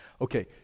Okay